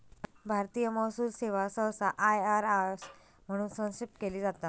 भारतीय महसूल सेवा सहसा आय.आर.एस म्हणून संक्षिप्त केली जाता